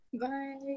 Bye